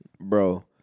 Bro